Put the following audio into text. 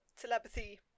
telepathy